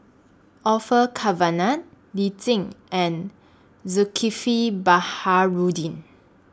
Orfeur Cavenagh Lee Tjin and Zulkifli Baharudin